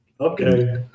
okay